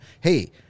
Hey